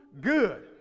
good